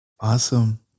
Awesome